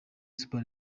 super